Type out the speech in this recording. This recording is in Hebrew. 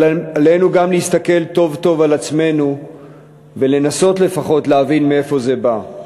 אבל עלינו גם להסתכל טוב טוב על עצמנו ולנסות לפחות להבין מאיפה זה בא.